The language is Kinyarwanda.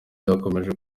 bakomeje